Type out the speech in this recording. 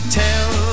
tell